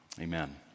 Amen